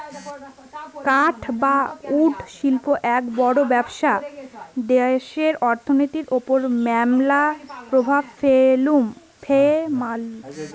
কাঠ বা উড শিল্প এক বড় ব্যবসা দ্যাশের অর্থনীতির ওপর ম্যালা প্রভাব ফেলামু